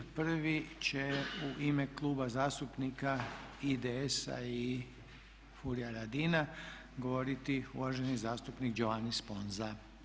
Prvi će u ime Kluba zastupnika IDS-a i Furia Radina govoriti uvaženi zastupnik Giovanni Sponza.